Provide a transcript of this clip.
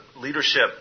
leadership